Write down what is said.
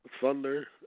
Thunder